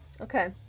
okay